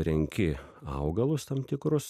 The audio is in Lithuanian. renki augalus tam tikrus